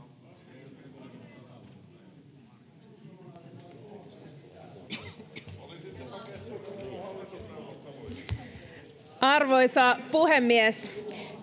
Arvoisa puhemies!